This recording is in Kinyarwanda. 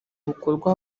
bukorwa